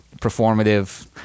performative